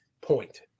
point